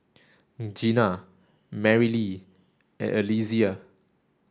Gina Marylee and Alesia